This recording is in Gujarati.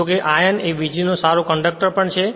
જો કે આયર્ન એ વીજળીનો સારો કંડક્ટર પણ છે